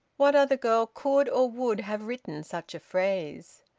what other girl could or would have written such a phrase?